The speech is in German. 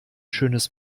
schönes